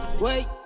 Wait